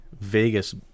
Vegas